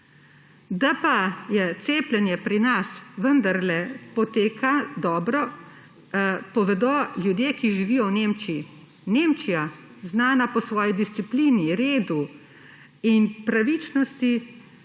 Da pa cepljenje pri nas vendarle poteka dobro, povedo ljudje, ki živijo v Nemčiji. Nemčija, znana po svoji disciplini, redu in pravičnosti,